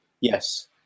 Yes